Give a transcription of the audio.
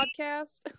podcast